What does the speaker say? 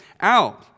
out